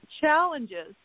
challenges